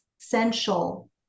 essential